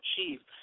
achieve